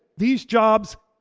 these jobs,